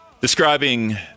describing